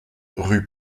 rue